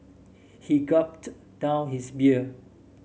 he gulped down his beer